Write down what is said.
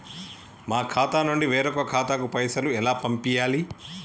మా ఖాతా నుండి వేరొక ఖాతాకు పైసలు ఎలా పంపియ్యాలి?